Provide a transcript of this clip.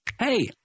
Hey